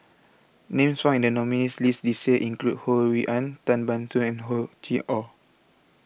Names found in The nominees' list This Year include Ho Rui An Tan Ban Soon and Hor Chim Or